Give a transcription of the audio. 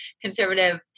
conservative